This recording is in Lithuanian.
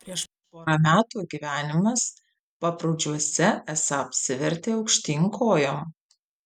prieš porą metų gyvenimas paprūdžiuose esą apsivertė aukštyn kojom